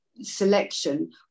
selection